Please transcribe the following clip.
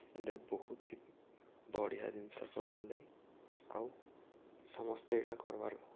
ଜେନ୍ଟାକି ବହୁତ୍ ହି ବଢ଼ିଆ ଜିନିଷ କର୍ବାର୍ ଲାଗି ଆଉ ସମସ୍ତେ ଇଟା କର୍ବାର୍